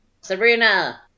Sabrina